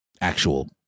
actual